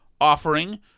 offering